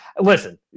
listen